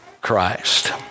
Christ